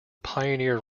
pioneer